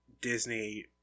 Disney